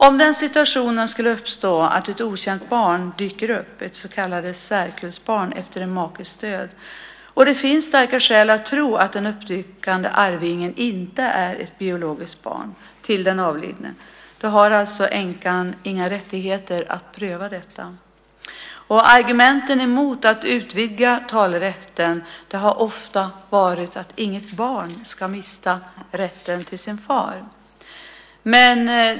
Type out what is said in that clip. Om den situationen skulle uppstå att ett okänt barn, ett så kallat särkullbarn, dyker upp efter en makes död, och det finns starka skäl att tro att den uppdykande arvingen inte är ett biologiskt barn till den avlidne, har änkan inga rättigheter att pröva detta. Argumentet mot att utvidga talerätten har ofta varit att inget barn ska mista rätten till sin far.